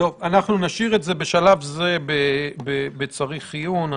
נשאיר את זה בשלב זה בצריך עיון.